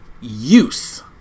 Use